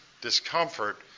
discomfort